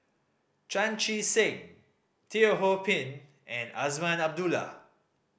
Chan Chee Seng Teo Ho Pin and Azman Abdullah